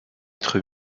être